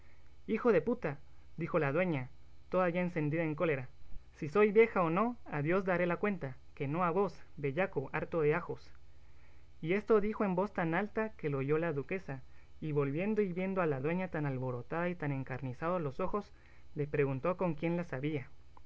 hijo de puta dijo la dueña toda ya encendida en cólera si soy vieja o no a dios daré la cuenta que no a vos bellaco harto de ajos y esto dijo en voz tan alta que lo oyó la duquesa y volviendo y viendo a la dueña tan alborotada y tan encarnizados los ojos le preguntó con quién las había